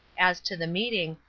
as to the meeting,